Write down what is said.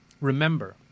Remember